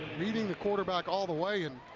leading the quarterback all the way and